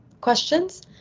questions